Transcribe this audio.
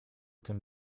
tym